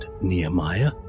Nehemiah